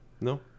No